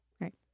Right